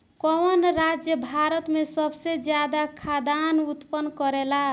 कवन राज्य भारत में सबसे ज्यादा खाद्यान उत्पन्न करेला?